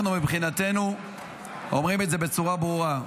אנחנו מבחינתנו אומרים את זה בצורה ברורה: